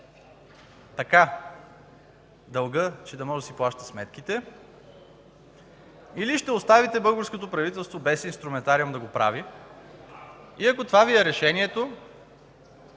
така дълга, че да може да си плаща сметките, или ще оставите българското правителство без инструментариум да го прави? И ако това Ви е решението,